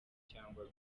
cyangwa